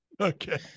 Okay